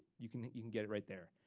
you can you can get it right there.